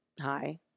hi